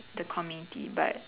the community but